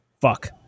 Fuck